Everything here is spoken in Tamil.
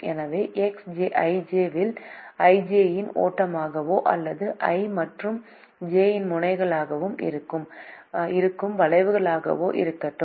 எனவே Xij வில் i j இன் ஓட்டமாகவோ அல்லது i மற்றும் j முனைகளை இணைக்கும் வளைவாகவோ இருக்கட்டும்